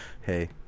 hey